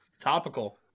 topical